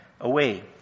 away